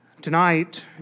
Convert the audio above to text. Tonight